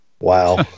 Wow